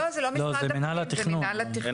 לא, זה לא משרד הפנים, זה מינהל התכנון.